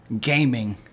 gaming